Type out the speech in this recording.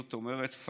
זאת אומרת,